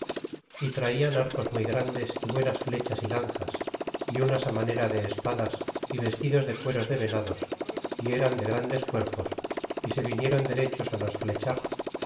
y traian arcos muy grandes y buenas flechas y lanzas y unas á manera de espadas y vestidos de cueros de venados y eran de grandes cuerpos y se vinieron derechos nos flechar